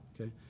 okay